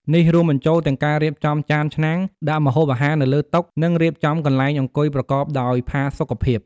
នេះរួមបញ្ចូលទាំងការរៀបចំចានឆ្នាំង ដាក់ម្ហូបអាហារនៅលើតុ និងរៀបចំកន្លែងអង្គុយប្រកបដោយផាសុកភាព។